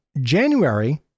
January